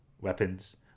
weapons